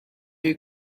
you